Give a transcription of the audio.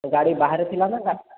ଗାଡ଼ି ବାହାରେ ଥିଲା ନା